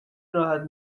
راحت